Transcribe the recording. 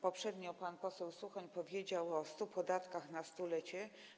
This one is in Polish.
Poprzednio pan poseł Suchoń powiedział o 100 podatkach na 100-lecie.